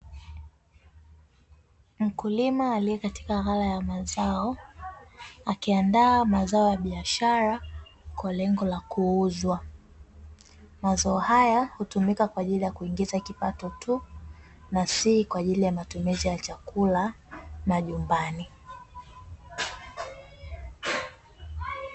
Mkulima aliye katika ghala ya mazao akiandaa mazao ya biashara kwa lengo lakuuzwa. Mazao haya hutumika kwa ajili yakuingiza kipato tu na si kwa ajili ya matumizi ya chakula majumbani.